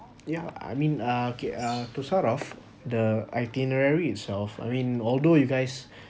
ya I mean uh okay uh to start off the itinerary itself I mean although you guys